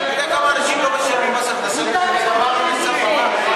כמה אנשים יעבדו בסייבר בבאר-שבע?